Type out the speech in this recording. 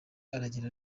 aragira